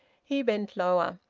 he bent lower.